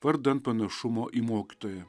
vardan panašumo į mokytoją